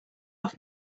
off